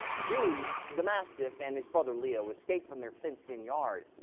due to the mass defend his brother leo escaped from their fenced-in yard.